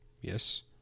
Yes